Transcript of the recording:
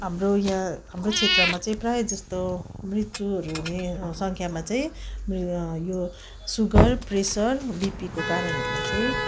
हाम्रो यहाँ हाम्रो क्षेत्रमा चाहिँ प्राय जस्तो मृत्युहरू हुने संख्यामा चाहिँ यो सुगर प्रेसर बिपीको कारणहरूले चाहिँ